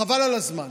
חבל על הזמן.